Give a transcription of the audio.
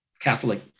Catholic